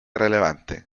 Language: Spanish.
relevante